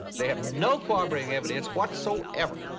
they have no corroborating evidence whatsoever!